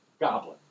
goblin